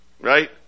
Right